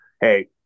hey